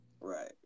Right